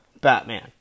Batman